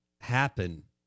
happen